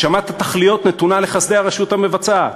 הגשמת התכליות נתונה לחסדי הרשות המבצעת".